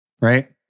Right